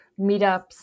meetups